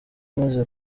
maze